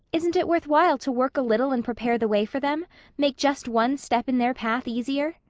isn't it worthwhile to work a little and prepare the way for them make just one step in their path easier?